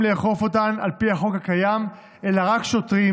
לאכוף אותן על פי החוק הקיים אלא רק שוטרים.